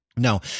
No